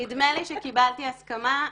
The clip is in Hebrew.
נדמה לי שקיבלתי הסכמה,